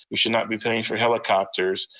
we should not be paying for helicopters,